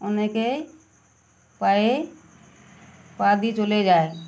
অনেকে পায়ে পা দিয়ে চলে যায়